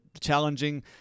challenging